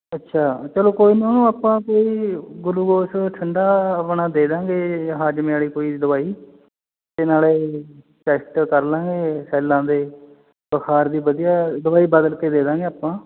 ਅੱਛਾ ਚਲੋ ਕੋਈ ਨਾ ਉਹਨੂੰ ਆਪਾਂ ਕੋਈ ਗੂਲੂਕੋਸ ਠੰਡਾ ਆਪਣਾ ਦੇ ਦਾਂਗੇ ਹਾਜ਼ਮੇ ਵਾਲੀ ਕੋਈ ਦਵਾਈ ਅਤੇ ਨਾਲੇ ਟੈਸਟ ਕਰ ਲਾਂਗੇ ਸੈਲਾਂ ਦੇ ਬੁਖਾਰ ਦੀ ਵਧੀਆ ਦਵਾਈ ਬਦਲ ਕੇ ਦੇ ਦਾਂਗੇ ਆਪਾਂ